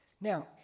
Now